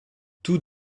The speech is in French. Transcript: tous